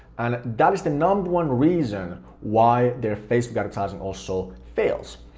and that is the number one reason why their facebook advertising also fails.